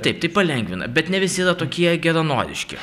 taip tai palengvina bet ne visi yra tokie geranoriški